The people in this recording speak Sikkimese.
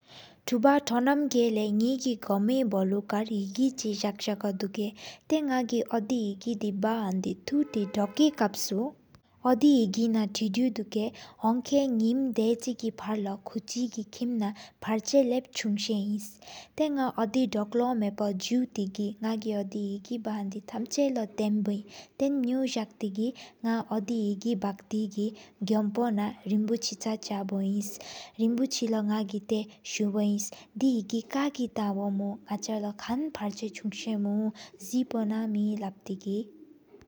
ཐོ་པ་དོ་ནམ་གྱ་ལ་ན་གི་ཀྱི་ཁིམ་གི། གོ་མི་བུ་ལུ་དཀར་ཧེ་གི་གཅིག་ཟག་ཟག་ཀོ་དུག། ཏཧ་ན་གི་ཨོ་དེ་ཧེ་གེ་དི་བ་ཧོན་དེ་གི། ཐུག་ཏེ་རྡོ་ཀི་ཀབ་སུ་ཨོ་དེ་ཧེ་གི་ན་ཐེའུ་དུག། ཧོང་མཁན་ཉི་མད་གལ་མོ་ཀུ་ཙི་ཀི་ཁིམ་ན། སྤར་ཆ་ལབ་ཟུན་ཆ་ཨིན་ཏེ་ན་གོ་དེ་དཀལ་མ་ཕོ། ཟུ་ཏེ་གི་ན་གི་ཨོ་དེ་ཧེ་གི་བ་ཧི་ན་དང་ཚ་ལོ། ཐེན་བོའི་ཐེན་མེ་ཡོཪ་ཟག་ཏེ་ན་གོ་དེ་ཧེ་གེ། བར་སྟེ་གི་གོམ་བོ་ནང་རིན་པོ་ཆེ་ལྕག་ལྕག་དི་ཀིན། རིན་པོ་ཆེ་ལོ་ཏེ་ན་གི་སོ་སྦ་ཨིན་ཏེ་དི་ཧེ་གེ། ཁ་གི་ཐང་པོ་མན་ག་ལོ་ཁལ། སྤར་ཆ་ལ་ཟུན་ཆ་མུ་ཟེ་པོ་ནང་མེ་ལབ་ཏེ་གི།